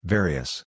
Various